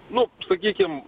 nu sakykim